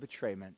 betrayment